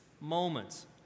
moments